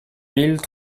mille